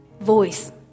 voice